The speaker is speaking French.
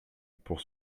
pour